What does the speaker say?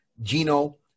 Gino